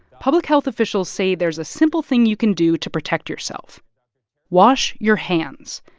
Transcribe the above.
public health officials say there's a simple thing you can do to protect yourself wash your hands.